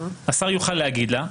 השר יוכל להגיד לה,